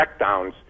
checkdowns